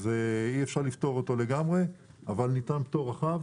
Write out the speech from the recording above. אז אי אפשר לפטור אותו לגמרי אבל ניתן פטור רחב,